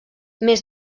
més